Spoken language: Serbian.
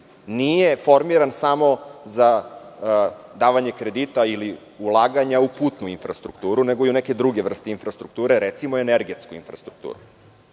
nije formiran samo za davanje kredita ili ulaganja u putnu infrastrukturu, nego i neke druge vrste infrastrukture, recimo energetsku infrastrukturu.